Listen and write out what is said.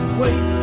wait